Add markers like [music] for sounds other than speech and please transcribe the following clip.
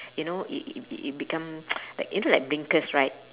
you know i~ i~ i~ it become [noise] like into like blinkers right